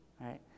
right